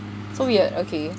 so weird okay